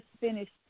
finished